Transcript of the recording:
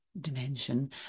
dimension